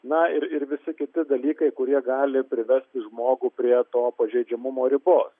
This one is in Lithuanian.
na ir visi kiti dalykai kurie gali privesti žmogų prie to pažeidžiamumo ribos